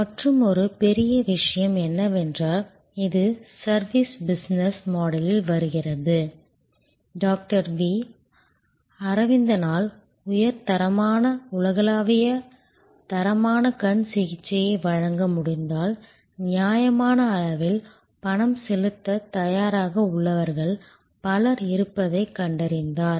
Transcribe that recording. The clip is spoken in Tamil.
மற்றுமொரு பெரிய விஷயம் என்னவென்றால் இது சர்வீஸ் பிசினஸ் மாடலில் வருகிறது டாக்டர் V அரவிந்தனால் உயர் தரமான உலகளாவிய தரமான கண் சிகிச்சையை வழங்க முடிந்தால் நியாயமான அளவில் பணம் செலுத்தத் தயாராக உள்ளவர்கள் பலர் இருப்பதைக் கண்டறிந்தார்